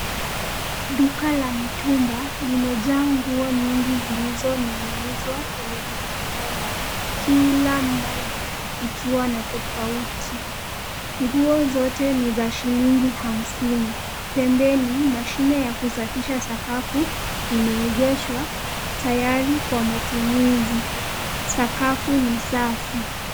Duka la mitumba limejaa nguo nyingi zilizoning'inizwa kwenye vijihenga kila mmoja ikiwa na tofauti. Nguo zote ni za shilingi hamsini. Pembeni mashine ya kusafisha sakafu imeegeshwa tayari kwa matumizi. Sakafu ni safi.